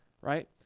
right